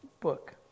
book